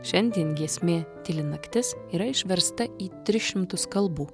šiandien giesmė tyli naktis yra išversta į tris šimtus kalbų